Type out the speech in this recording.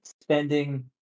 spending